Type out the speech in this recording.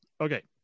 Okay